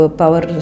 power